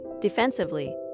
Defensively